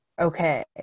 okay